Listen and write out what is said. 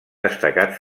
destacat